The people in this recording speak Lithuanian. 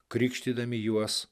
krikštydami juos